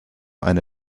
eine